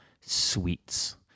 Sweets